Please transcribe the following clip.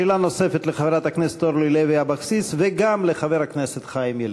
שאלה נוספת לחברת הכנסת אורלי לוי אבקסיס וגם לחבר הכנסת חיים ילין,